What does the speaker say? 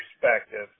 perspective